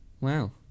Wow